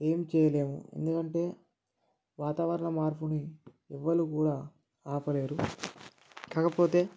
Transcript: ఏం చేయలేము ఎందుకంటే వాతావరణ మార్పునీ ఎవ్వరు కూడా ఆపలేరు కాకపోతే